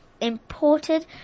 imported